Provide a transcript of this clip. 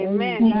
Amen